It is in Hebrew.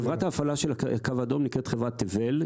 חברת ההפעלה של הקו האדום נקראת חברת "תבל",